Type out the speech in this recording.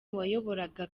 wayoboraga